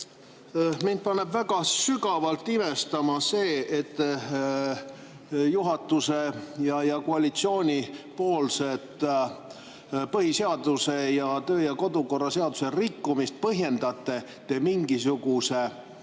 Mind paneb väga sügavalt imestama see, et juhatuse- ja koalitsioonipoolset põhiseaduse ning kodu- ja töökorra seaduse rikkumist põhjendate te mingisuguse